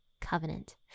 covenant